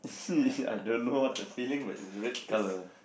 I don't know what the filling but it's red colour